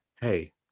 Hey